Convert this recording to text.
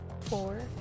Four